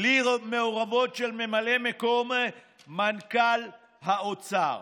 בלי מעורבות של ממלא מקום מנכ"ל האוצר,